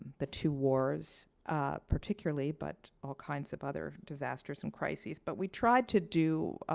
the two wars particularly, but all kinds of other disasters and crises. but we tried to do